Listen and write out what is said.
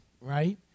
right